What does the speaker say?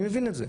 אני מבין את זה,